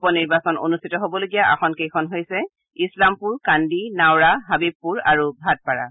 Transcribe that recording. উপ নিৰ্বাচন অনুষ্ঠিত হবলগীয়া আসন কেইখন হৈছে ইছলামপুৰ কান্দি নাওড়া হাবিৰপুৰ আৰু ভাটপাৰা